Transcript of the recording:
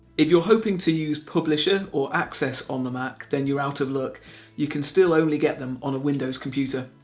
if you're hoping to use publisher or access on the mac then you're out of luck you can still only get them on a windows computer.